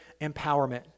empowerment